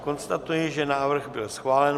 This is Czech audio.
Konstatuji, že návrh byl schválen.